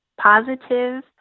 positive